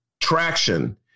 traction